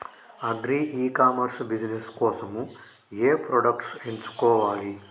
Agri e commerce business కోసము ఏ products ఎంచుకోవాలి?